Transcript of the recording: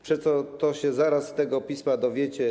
Przeco, - to sie zaroz z tego pisma dowiecie.